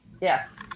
Yes